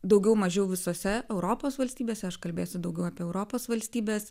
daugiau mažiau visose europos valstybėse aš kalbėsiu daugiau apie europos valstybes